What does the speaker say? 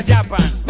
Japan